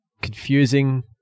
confusing